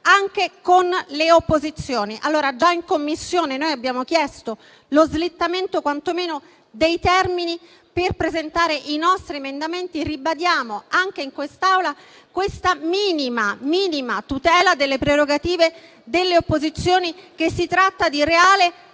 anche con le opposizioni. In Commissione noi abbiamo chiesto lo slittamento quantomeno dei termini per presentare i nostri emendamenti e ribadiamo anche in quest'Aula la richiesta di questa minima tutela delle prerogative delle opposizioni. Si tratta di reale